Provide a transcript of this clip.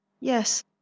Yes